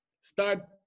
start